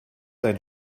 einen